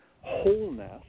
wholeness